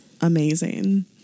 amazing